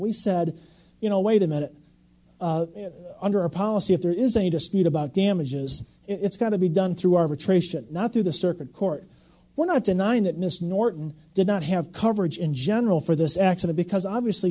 we said you know wait a minute under our policy if there is a dispute about damages it's got to be done through arbitration not through the circuit court we're not denying that mr norton did not have coverage in general for this accident because obviously